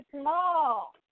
small